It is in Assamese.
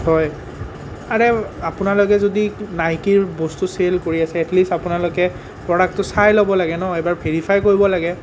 হয় আৰে আপোনালোকে যদি নাইকীৰ বস্তু চেল কৰি আছে এটলিষ্ট আপোনালোকে প্ৰডাক্টটো চাই ল'ব লাগে ন এবাৰ ভেৰিফাই কৰিব লাগে